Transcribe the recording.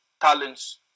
talents